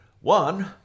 One